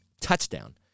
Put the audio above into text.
touchdown